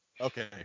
Okay